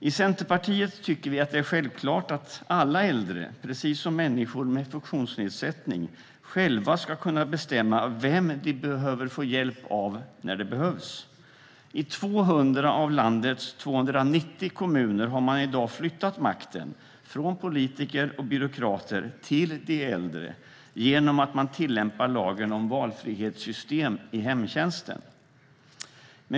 I Centerpartiet tycker vi att det är självklart att alla äldre, precis som människor med funktionsnedsättning, själva ska kunna bestämma vem de ska få hjälp av när det behövs. I 200 av landets 290 kommuner har man i dag flyttat makten från politiker och byråkrater till de äldre genom att man tillämpar lagen om valfrihetssystem i hemtjänsten.